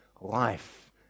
Life